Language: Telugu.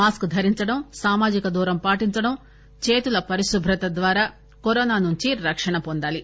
మాస్క్ ధరించడం సామాజిక దూరం పాటించడం చేతుల పరిశుభ్రత ద్వారా కరోనా నుంచి రక్షణ వొందాలి